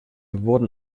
wurden